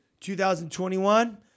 2021